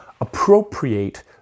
appropriate